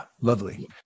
lovely